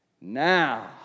now